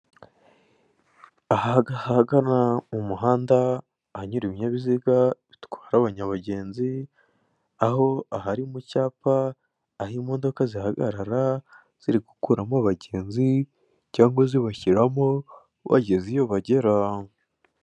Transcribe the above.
Ahagana mu muhanda ahanyura ibinyabiziga bitwara abanyabagenzi aho ahari mu cyapa aho imodoka zihagaragara ziri gukuramo abagenzi cyangwa zibashyiramo bageze iyo bagera.